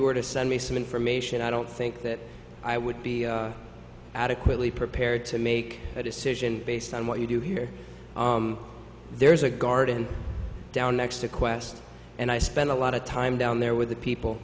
were to send me some information i don't think that i would be adequately prepared to make a decision based on what you do here there's a garden down next to quest and i spend a lot of time down there with the people